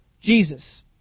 Jesus